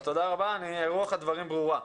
רוח הדברים ברורה.